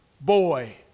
boy